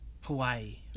hawaii